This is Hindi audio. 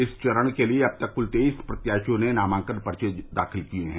इस चरण के लिए अब तक क्ल तेईस प्रत्याशियों ने नामांकन पर्चे दाखिल किये हैं